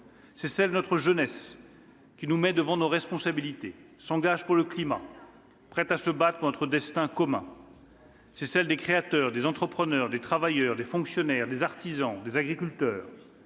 C'est celle de cette jeunesse, qui nous place devant nos responsabilités et s'engage pour le climat, prête à se battre pour notre destin commun. » Quel blabla !« C'est celle des créateurs, des entrepreneurs, des travailleurs, des fonctionnaires, des artisans et des agriculteurs